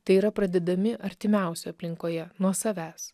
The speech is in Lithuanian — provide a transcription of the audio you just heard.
tai yra pradėdami artimiausioje aplinkoje nuo savęs